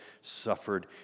suffered